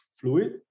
fluid